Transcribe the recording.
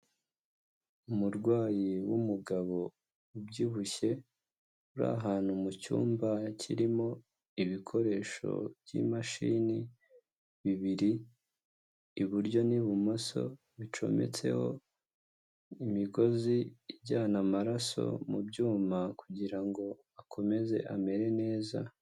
Umurwayi w'umugabo ubyibushye, uri ahantu mu cyumba kirimo ibikoresho by'imashini bibiri, iburyo n'ibumoso bicometseho imigozi ijyana amaraso mu byuma kugira ngo akomeze amere neza.